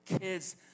kids